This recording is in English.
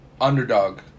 underdog